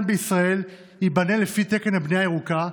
בישראל ייבנה לפי תקן בנייה ירוקה,